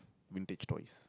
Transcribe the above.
vintage toys